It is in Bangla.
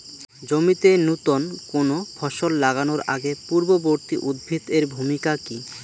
জমিতে নুতন কোনো ফসল লাগানোর আগে পূর্ববর্তী উদ্ভিদ এর ভূমিকা কি?